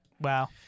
Wow